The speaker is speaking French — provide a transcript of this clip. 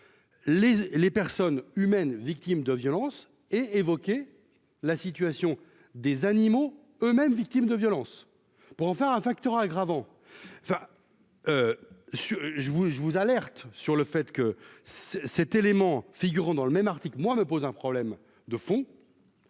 les personnes humaines, victimes de violences et évoqué la situation des animaux eux-mêmes victimes de violences pour en faire un facteur aggravant, enfin si je vous je vous alerte sur le fait que cet élément figurant dans le même article, moi, me pose un problème de fond